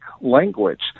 language